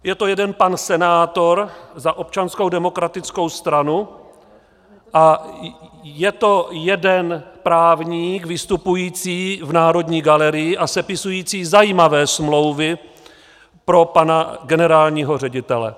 Je to jeden pan senátor za Občanskou demokratickou stranu a je to jeden právník vystupující v Národní galerii a sepisující zajímavé smlouvy pro pana generálního ředitele.